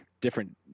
different